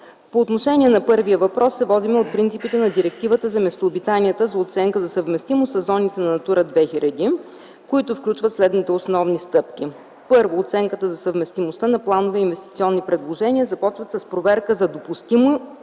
по отношение на първия въпрос се водим от принципите на Директивата за местообитанията, за оценка за съвместимост със зоните на „Натура 2000”, които включват следните основни стъпки. Първо, оценката за съвместимостта на планове и инвестиционни предложения започва с проверка за допустимостта